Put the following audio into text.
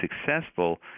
successful